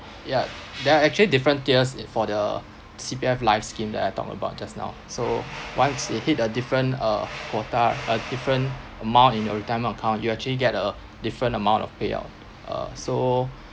ya there are actually different tiers it for the C_P_F life scheme that I talked about just now so once it hit a different uh quota a different amount in your retirement account you actually get uh different amount of payout uh so